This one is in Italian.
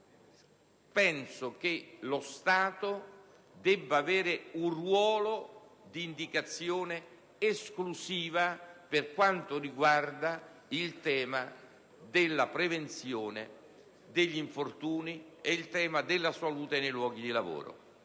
penso che lo Stato debba ricoprire un ruolo di indicazione esclusivo per quanto riguarda il tema della prevenzione degli infortuni e della salute nei luoghi di lavoro,